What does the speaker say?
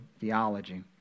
theology